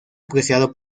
apreciado